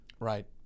Right